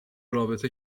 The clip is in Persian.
رابطه